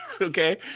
okay